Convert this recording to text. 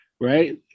right